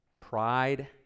pride